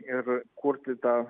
ir kurti tą